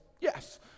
yes